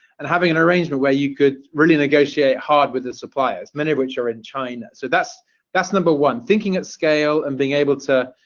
and having an arrangement where you could really negotiate hard with the suppliers, many of which are in china. so that's that's number one, thinking at scale and being able to,